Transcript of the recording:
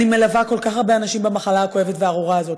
אני מלווה כל כך הרבה אנשים במחלה הכואבת והארורה הזאת,